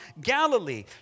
Galilee